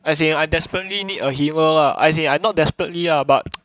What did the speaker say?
as in I desperately need a hero lah I say I not desperately ah but